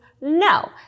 No